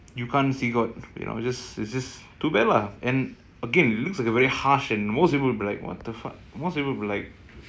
use the word god you won't understand anything to be frank whether it's boxing stand up comedy if you want to be good at anything